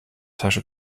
tasche